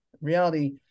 Reality